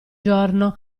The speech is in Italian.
giorno